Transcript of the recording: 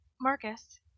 Marcus